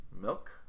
Milk